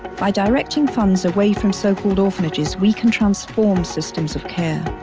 by directing funds away from so-called orphanages, we can transform systems of care.